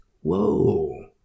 Whoa